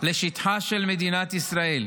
לשטחה של מדינת ישראל.